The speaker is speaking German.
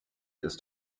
ist